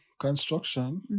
construction